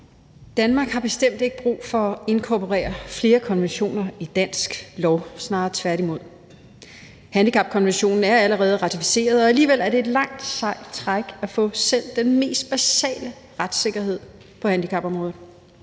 Danmark har bestemt ikke brug for at inkorporere flere konventioner i dansk lov – snarere tværtimod. Handicapkonventionen er allerede ratificeret, men alligevel er det et langt sejt træk at få selv den mest basale retssikkerhed på handicapområdet.